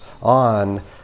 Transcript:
on